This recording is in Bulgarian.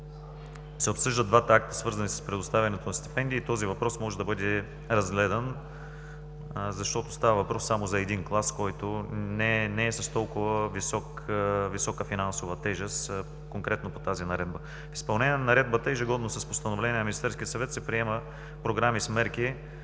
се обсъждат двата акта, свързани с предоставянето на стипендии, и този въпрос може да бъде разгледан, защото става въпрос само за един клас, който не е с толкова висока финансова тежест конкретно по тази Наредба. В изпълнение на Наредбата, ежегодно с постановление на Министерския съвет се приема Програма с мерки,